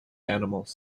animals